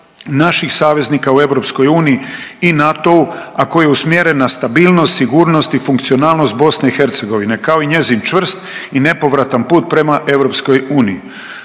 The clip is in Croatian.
naših saveznika u Europskoj uniji i NATO-u a koji je usmjeren na stabilnost, sigurnost i funkcionalnost Bosne i Hercegovine kao i njezin čvrst i nepovratan put prema